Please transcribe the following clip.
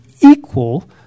equal